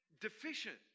deficient